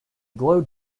glow